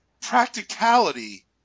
practicality